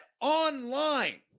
Online